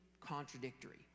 contradictory